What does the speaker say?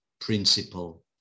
principle